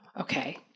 Okay